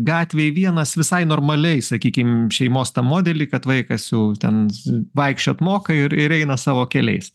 gatvėj vienas visai normaliai sakykim šeimos modelį kad vaikas jau ten vaikščiot moka ir ir eina savo keliais